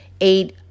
eight